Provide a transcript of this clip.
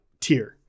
tier